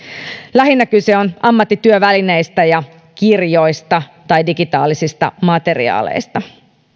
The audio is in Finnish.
lähinnä kyse on ammattityövälineistä ja kirjoista tai digitaalisista materiaaleista